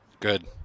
good